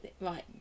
right